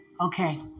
Okay